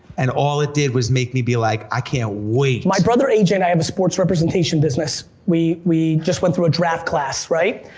and all it did was make me be like, i can't wait. my brother a j. and i have a sports representation business, we we just went through a draft class, right?